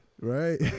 Right